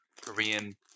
Korean